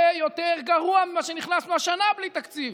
יותר גרוע ממה שנכנסנו השנה בלי תקציב,